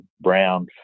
brown